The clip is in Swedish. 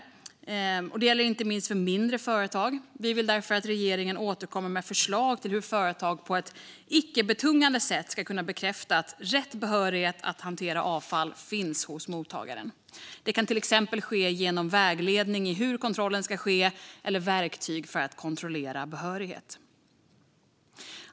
Det gäller inte minst mindre företag. Vi vill därför att regeringen återkommer med förslag på hur företag på ett icke betungande sätt ska kunna bekräfta att rätt behörighet för att hantera avfall finns hos mottagaren. Det kan till exempel ske genom vägledning om hur kontrollen ska ske eller verktyg för att kontrollera behörighet.